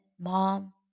mom